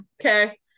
okay